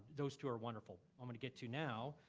those two are wonderful. i'm gonna get to now,